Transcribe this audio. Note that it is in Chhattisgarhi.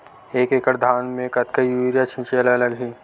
एक एकड़ धान में कतका यूरिया छिंचे ला लगही?